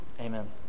Amen